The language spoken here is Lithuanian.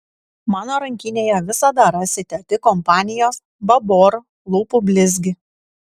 mano rankinėje visada rasite tik kompanijos babor lūpų blizgį